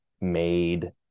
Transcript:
made